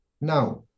Now